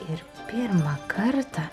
ir pirmą kartą